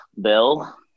Bill